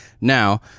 Now